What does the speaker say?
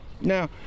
Now